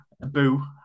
Boo